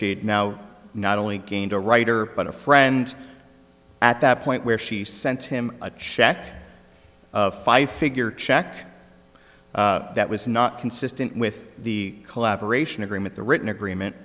had now not only gained a writer but a friend at that point where she sent him a check five figure check that was not consistent with the collaboration agreement the written agreement